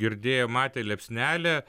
girdėjo matė liepsnelę